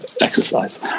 exercise